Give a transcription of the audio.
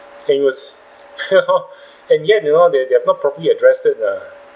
and it was and yet you know they they've not properly addressed it uh